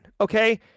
Okay